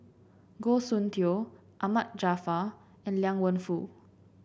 Goh Soon Tioe Ahmad Jaafar and Liang Wenfu